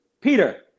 Peter